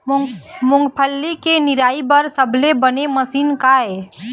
मूंगफली के निराई बर सबले बने मशीन का ये?